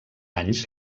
anys